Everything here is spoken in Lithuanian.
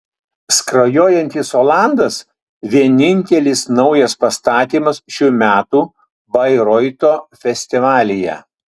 skrajojantis olandas vienintelis naujas pastatymas šių metų bairoito festivalyje